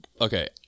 okay